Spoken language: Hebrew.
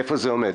איפה זה עומד?